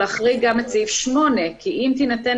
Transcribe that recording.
להחריג גם את סעיף 8. כי אם תינתן